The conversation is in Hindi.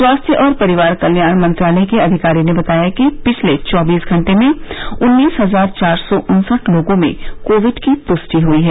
स्वास्थ्य और परिवार कल्याण मंत्रालय के अधिकारी ने बताया कि पिछले चौबीस घंटे में उन्नीस हजार चार सौ उन्सठ लोगों में कोविड की पुष्टि हुई है